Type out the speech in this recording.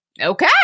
okay